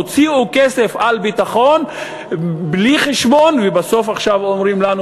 הוציאו כסף על ביטחון בלי חשבון ועכשיו אומרים לנו: